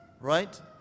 right